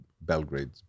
belgrade